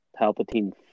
Palpatine